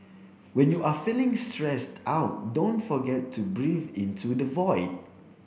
when you are feeling stressed out don't forget to breathe into the void